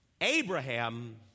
Abraham